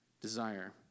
desire